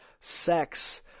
sex